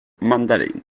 mandarin